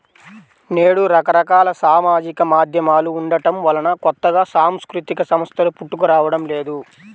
నేడు రకరకాల సామాజిక మాధ్యమాలు ఉండటం వలన కొత్తగా సాంస్కృతిక సంస్థలు పుట్టుకురావడం లేదు